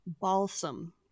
balsam